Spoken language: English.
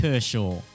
Kershaw